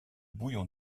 bouillon